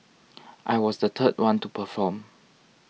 I was the third one to perform